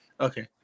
Okay